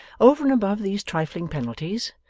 over and above these trifling penalties,